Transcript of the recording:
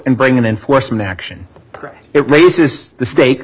and buying an enforcement action it raises the stakes